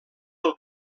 del